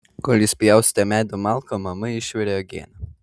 kol jis pjaustė medį malkom mama išvirė uogienę